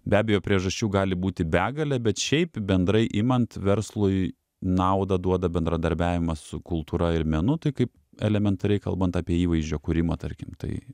be abejo priežasčių gali būti begalė bet šiaip bendrai imant verslui naudą duoda bendradarbiavimas su kultūra ir menu tai kaip elementariai kalbant apie įvaizdžio kūrimą tarkim tai